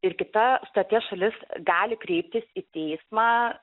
ir kita sutarties šalis gali kreiptis į teismą